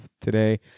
today